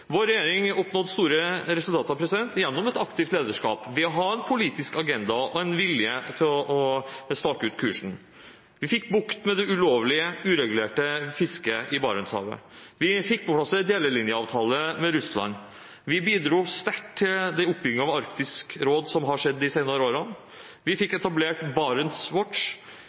Vår regjering oppnådde store resultater gjennom et aktivt lederskap, ved å ha en politisk agenda og en vilje til å stake ut kursen. Vi fikk bukt med det ulovlige, uregulerte fisket i Barentshavet. Vi fikk på plass en delelinjeavtale med Russland. Vi bidro sterkt til den oppbyggingen av Arktisk råd som har skjedd de senere årene. Vi fikk etablert